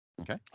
Okay